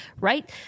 right